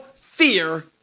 fear